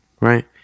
right